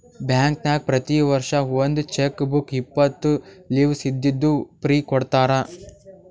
ಬ್ಯಾಂಕ್ನಾಗ್ ಪ್ರತಿ ವರ್ಷ ಒಂದ್ ಚೆಕ್ ಬುಕ್ ಇಪ್ಪತ್ತು ಲೀವ್ಸ್ ಇದ್ದಿದ್ದು ಫ್ರೀ ಕೊಡ್ತಾರ